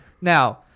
now